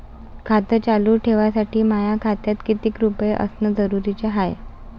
खातं चालू ठेवासाठी माया खात्यात कितीक रुपये असनं जरुरीच हाय?